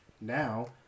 Now